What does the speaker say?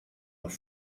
noch